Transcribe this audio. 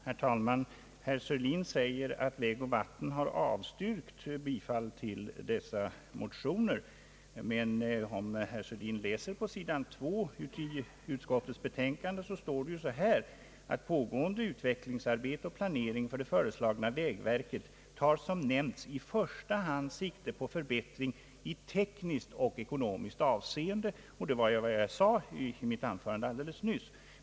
Herr talman! Herr Sörlin säger att vägoch vattenbyggnadsstyrelsen har avstyrkt bifall till dessa motioner, Om herr Sörlin läser på sid. 2 i utskottets utlåtande, finner han att där står det så här: »Pågående utvecklingsarbete och planering för det föreslagna vägverket tar som nämnts i första hand sikte på förbättring i tekniskt och ekonomiskt avseende.» Det var vad jag sade i mitt anförande alldeles nyss.